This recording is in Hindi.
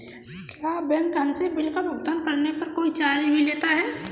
क्या बैंक हमसे बिल का भुगतान करने पर कोई चार्ज भी लेता है?